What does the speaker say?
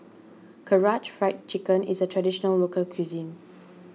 Karaage Fried Chicken is a Traditional Local Cuisine